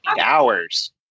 hours